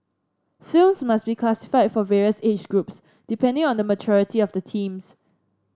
films must be classified for various age groups depending on the maturity of the themes